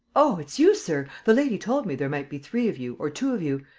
oh, it's you, sir! the lady told me there might be three of you or two of you.